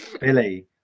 Billy